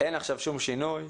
אין עכשיו שום שינוי.